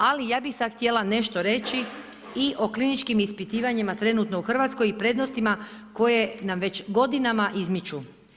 Ali ja bih sad htjela nešto reći i o kliničkim ispitivanjima trenutno u Hrvatskoj i prednostima koje nam već godinama izmiču.